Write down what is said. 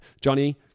Johnny